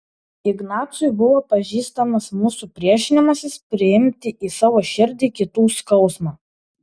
ignacui buvo pažįstamas mūsų priešinimasis priimti į savo širdį kitų skausmą